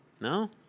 No